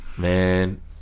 Man